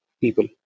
People